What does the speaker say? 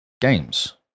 games